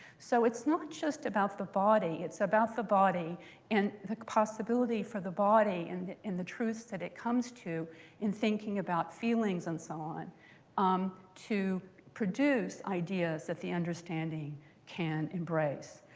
so it's not just about the body. it's about the body and the possibility for the body and the truths that it comes to in thinking about feelings and so on um to produce ideas that the understanding can embrace.